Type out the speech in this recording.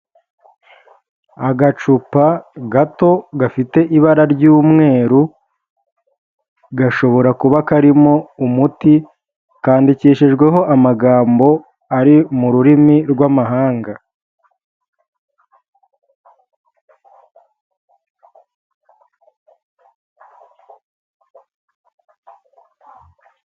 Agacupa gato gafite ibara ry'umweru, gashobora kuba karimo umuti, kandikishijweho amagambo ari mu rurimi rw'amahanga.